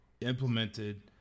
implemented